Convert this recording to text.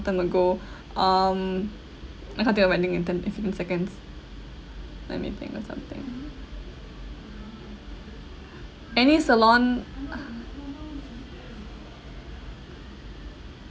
long time ago um I can't think of anything in ten in within seconds let me think of something any salon